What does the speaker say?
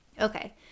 Okay